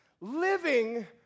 living